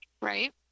right